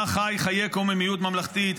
בה חי חיי קוממיות ממלכתית,